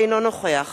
אינו נוכח